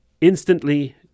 instantly